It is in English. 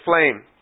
flame